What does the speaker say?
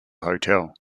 hotel